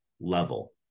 level